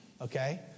okay